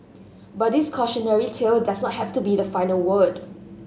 but this cautionary tale doesn't have to be the final word